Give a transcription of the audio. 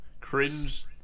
cringe